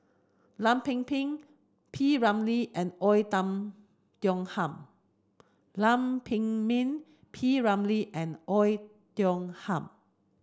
Lam Pin Pin P Ramlee and Oei Tiong Ham Lam Pin Min P Ramlee and Oei Tiong Ham